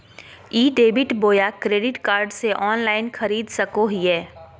ई debit बोया credit card से online खरीद सको हिए?